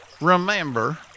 remember